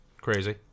crazy